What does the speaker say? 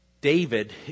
David